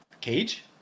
Cage